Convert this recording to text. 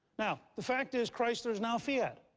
now, the fact is, chrysler is now fiat.